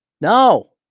No